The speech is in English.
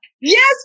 Yes